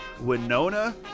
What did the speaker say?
Winona